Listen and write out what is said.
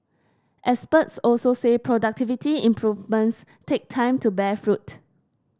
experts also say productivity improvements take time to bear fruit